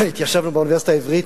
התיישבנו באוניברסיטה העברית,